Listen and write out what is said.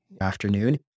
afternoon